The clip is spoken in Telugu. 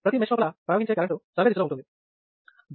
ప్రతి మెష్ లోపల ప్రవహించే కరెంటు సవ్యదిశలో ఉంటుంది